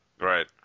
Right